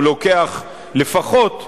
הוא לוקח לפחות חודשים,